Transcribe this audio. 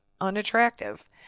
unattractive